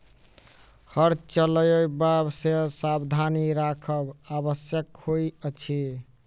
हर चलयबा मे सावधानी राखब आवश्यक होइत अछि